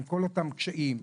עם כל אותם קשיים,